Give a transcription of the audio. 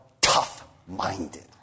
tough-minded